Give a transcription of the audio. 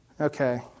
Okay